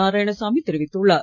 நாராயணசாமி தெரிவித்துள்ளார்